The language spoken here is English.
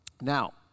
Now